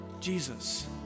Jesus